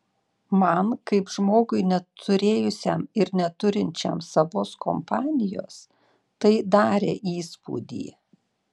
man kaip žmogui neturėjusiam ir neturinčiam savos kompanijos tai darė įspūdį